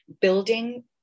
building